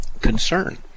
concern